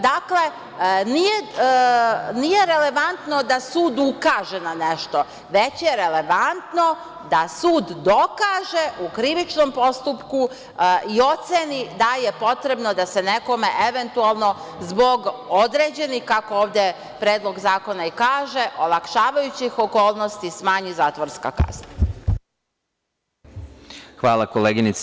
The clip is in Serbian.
Dakle, nije relevantno da sud ukaže na nešto, već je relevantno da sud dokaže u krivičnom postupku i oceni da je potrebno da se nekome eventualno zbog određenih, kako ovde predlog zakona i kaže, olakšavajućih okolnosti smanji zatvorska kazna.